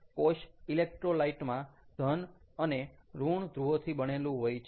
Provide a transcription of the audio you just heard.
કોષ ઇલેક્ટ્રોલાઈટ માં ધન અને ઋણ ધ્રુવોથી બનેલું હોય છે